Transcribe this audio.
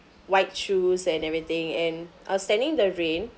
white shoes and everything and I was standing in the rain